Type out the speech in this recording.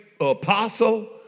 apostle